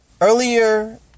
earlier